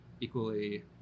equally